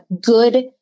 good